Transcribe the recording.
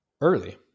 early